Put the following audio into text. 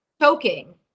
choking